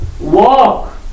Walk